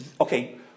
Okay